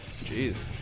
Jeez